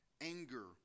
anger